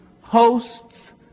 hosts